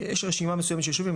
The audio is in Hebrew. יש רשימה מסוימת של יישובים,